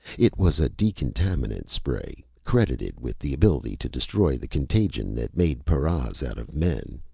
it was a decontaminant spray credited with the ability to destroy the contagion that made paras out of men.